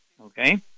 okay